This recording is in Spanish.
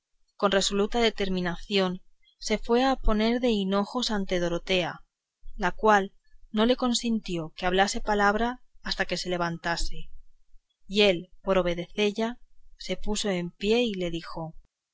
con resoluta determinación se fue a poner de hinojos ante dorotea la cual no le consintió que hablase palabra hasta que se levantase y él por obedecella se puso en pie y le dijo